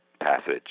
passage